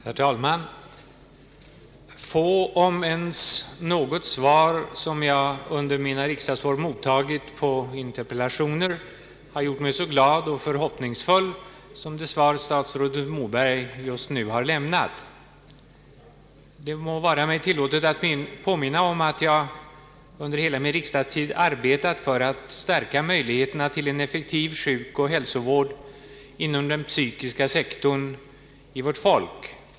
Herr talman! Få om ens något svar som jag under mina riksdagsår mottagit på interpellationer har gjort mig så glad och förhoppningsfull som det svar statsrådet Moberg just nu har lämnat. Det må vara mig tillåtet att påminna om att jag under hela min riksdagstid arbetat för att stärka möjligheterna till en effektiv sjukoch hälsovård inom den psykiska sektorn i vårt folk.